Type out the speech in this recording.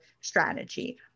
strategy